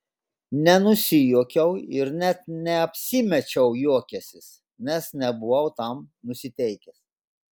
nenusijuokiau ir net neapsimečiau juokiąsis nes nebuvau tam nusiteikęs